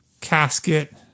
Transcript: casket